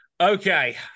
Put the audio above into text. Okay